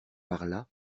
parlât